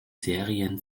serien